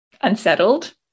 unsettled